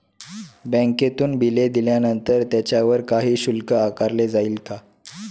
बँकेतून बिले दिल्यावर त्याच्यावर काही शुल्क आकारले जाईल का?